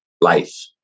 life